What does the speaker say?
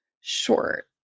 short